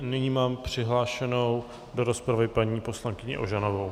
Nyní mám přihlášenou do rozpravy paní poslankyni Ožanovou.